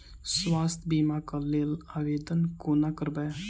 स्वास्थ्य बीमा कऽ लेल आवेदन कोना करबै?